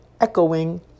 echoing